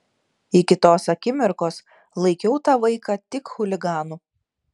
iki tos akimirkos laikiau tą vaiką tik chuliganu